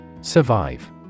Survive